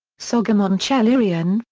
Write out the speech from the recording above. soghomon tehlirian,